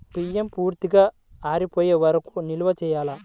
బియ్యం పూర్తిగా ఆరిపోయే వరకు నిల్వ చేయాలా?